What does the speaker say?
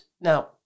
Now